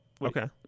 Okay